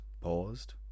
paused